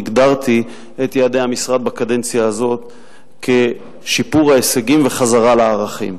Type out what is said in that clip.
הגדרתי את יעדי המשרד בקדנציה הזאת כשיפור ההישגים וחזרה לערכים.